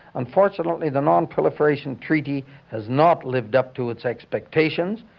unfortunately the non proliferation treaty has not lived up to its expectations.